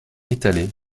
étalé